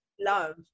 love